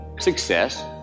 success